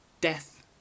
death